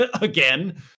again